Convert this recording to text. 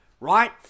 Right